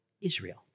Israel